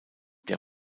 der